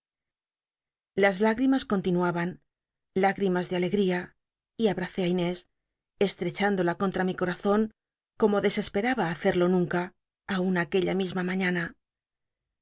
las lágl'imas continuaban lágrimas de a legría y abracé á inés estl'echándola contra mi corazon como desesperaba hacerlo nunca aun aquella misma mañana